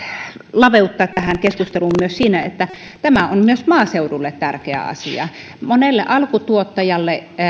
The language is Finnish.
laveutta tähän keskusteluun myös siinä että tämä on myös maaseudulle tärkeä asia moni alkutuottaja